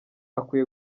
akwiye